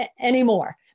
anymore